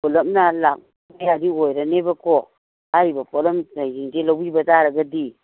ꯄꯨꯂꯞꯅ ꯂꯥꯛꯃꯨꯛ ꯃꯌꯥꯗꯤ ꯑꯣꯏꯔꯅꯦꯕꯀꯣ ꯍꯥꯏꯔꯤꯕ ꯄꯣꯠꯂꯝ ꯀꯩꯁꯤꯡꯁꯦ ꯂꯧꯕꯤꯕ ꯇꯥꯔꯒꯗꯤ